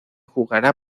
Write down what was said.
jugará